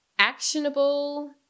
actionable